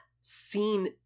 seen